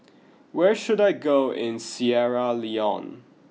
where should I go in Sierra Leone